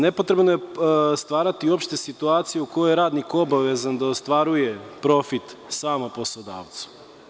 Nepotrebno je stvarati situaciju u kojoj je radnik obavezan da ostvaruje profit samo poslodavcu.